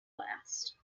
last